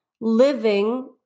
living